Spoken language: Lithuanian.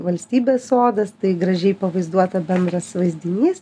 valstybės sodas tai gražiai pavaizduota bendras vaizdinys